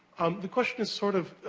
the question is sort of,